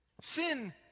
Sin